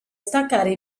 staccare